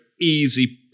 easy